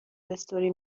استوری